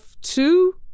two